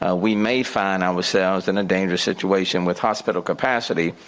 ah we may find ourselves in a dangerous situation with hospital capacity.